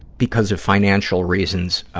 because of financial reasons